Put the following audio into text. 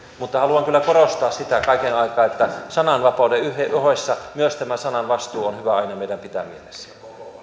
mutta haluan kyllä korostaa sitä kaiken aikaa että sananvapauden ohessa myös tämä sananvastuu on hyvä aina meidän pitää mielessä